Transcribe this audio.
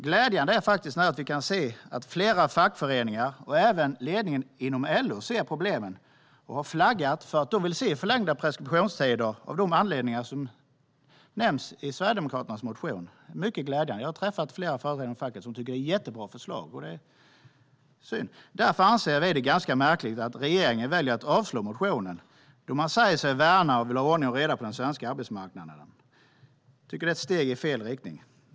Glädjande är att vi nu kan se att flera fackföreningar och även ledningen inom LO ser problemen och har flaggat för att man vill se förlängda preskriptionstider av de anledningar som nämns i Sverigedemokraternas motion. Det är mycket glädjande. Jag har träffat flera företrädare inom facket som tycker att det är ett jättebra förslag. Därför anser vi det ganska märkligt att regeringspartierna väljer att avstyrka motionen då man säger sig värna och vill ha ordning och reda på den svenska arbetsmarknaden. Jag tycker att det är ett steg i fel riktning.